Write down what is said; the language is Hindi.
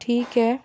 ठीक है